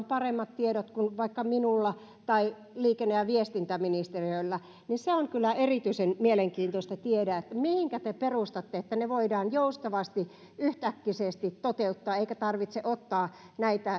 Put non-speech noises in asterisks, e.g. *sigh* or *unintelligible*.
*unintelligible* paremmat tiedot kuin vaikka minulla tai liikenne ja viestintäministeriöllä on kyllä erityisen mielenkiintoista tietää mihinkä te perustatte sen että ne voidaan joustavasti yhtäkkisesti toteuttaa eikä tarvitse ottaa näitä